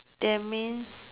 that means